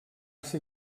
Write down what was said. ser